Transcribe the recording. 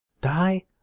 die